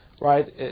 Right